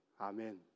Amen